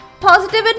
Positive